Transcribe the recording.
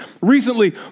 Recently